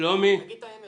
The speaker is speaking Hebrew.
תגיד את האמת.